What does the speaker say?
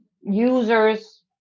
users